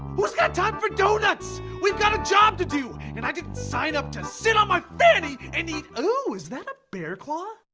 who's got time for donuts? we've got a job to do, and i didn't sign up to sit on my fanny and eat, ooh, is that a bear claw?